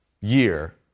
year